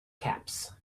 caps